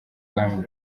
bwami